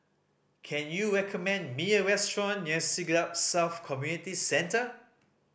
can you recommend me a restaurant near Siglap South Community Centre